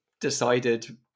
decided